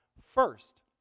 first